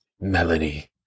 Melanie